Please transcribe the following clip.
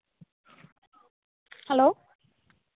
hello